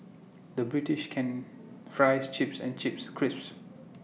the British can Fries Chips and Chips Crisps